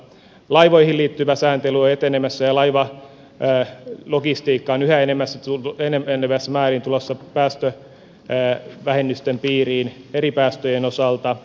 laivoihin liittyvä sääntely on etenemässä ja laivalogistiikka on yhä enenevässä määrin tulossa päästövähennysten piiriin eri päästöjen osalta